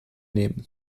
nehmen